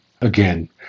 again